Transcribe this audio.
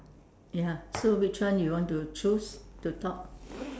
ya so which one you want to chose to talk